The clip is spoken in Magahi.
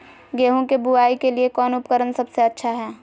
गेहूं के बुआई के लिए कौन उपकरण सबसे अच्छा है?